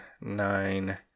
nine